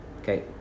Okay